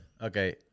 Okay